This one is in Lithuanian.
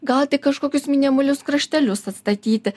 gal tik kažkokius miniamalius kraštelius atstatyti